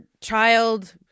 child